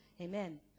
Amen